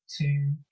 two